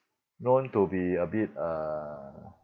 known to be a bit uh